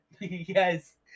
yes